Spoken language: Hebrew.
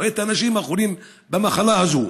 רואה את האנשים החולים במחלה הזו,